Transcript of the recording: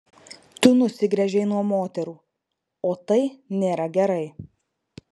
tu nusigręžei nuo moterų o tai nėra gerai